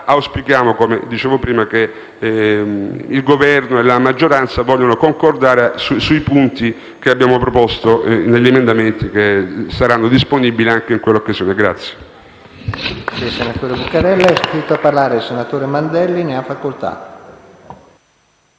Auspichiamo che il Governo e la maggioranza vogliano concordare sui punti che abbiamo proposto negli emendamenti che saranno disponibili anche in tale occasione.